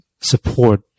support